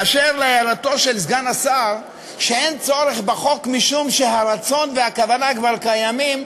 באשר להערתו של סגן השר שאין צורך בחוק משום שהרצון והכוונה כבר קיימים,